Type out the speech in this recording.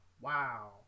Wow